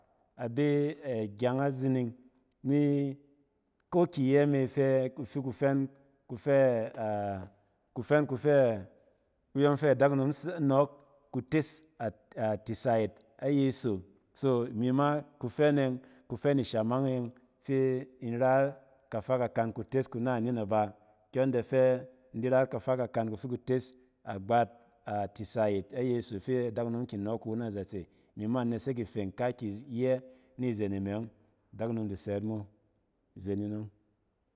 Abe agyeng’azining ni koki iyɛ me ifi kufɛn kufɛ-aɛkufɛn kuɛ kuyↄng fɛ adakunom ɛ-nↄↄk kutes at-atsisa yit a yeso. So imi ma kufɛn e yↄng, kufɛn ishamang e ↄng fɛin ra kafa kakan kutes kunanin aba kyↄn dɛ fɛ in di rayit kafa kakan kufi kutes agbat a tisa yit a yeso fɛ adakunom kin nↄↄk iwu na zatse. Imi ma in nesek ifeng kokyi iyɛ ni zenen me ↄng, adakunom di sɛt mo-izen nin nↄng.